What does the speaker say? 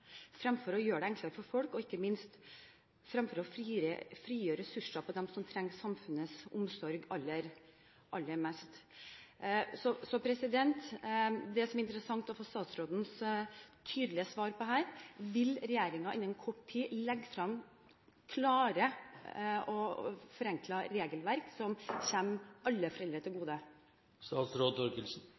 fremfor å gjøre det enklere for folk, og – ikke minst – fremfor å frigjøre ressurser for dem som trenger samfunnets omsorg aller mest. Det som det er interessant å få statsrådens tydelige svar på her, er: Vil regjeringen innen kort tid legge frem klare og forenklede regelverk som kommer alle foreldre til